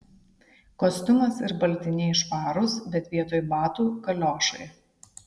kostiumas ir baltiniai švarūs bet vietoj batų kaliošai